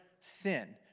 sin